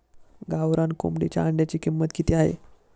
गावरान कोंबडीच्या अंड्याची किंमत किती आहे?